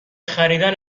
خریدن